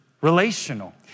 relational